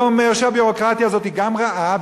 זה אומר שהביורוקרטיה הזאת היא גם רעה,